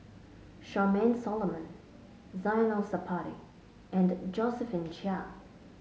Charmaine Solomon Zainal Sapari and Josephine Chia